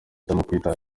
bahitamo